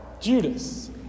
Judas